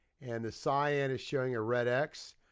and the cyan is showing a red x,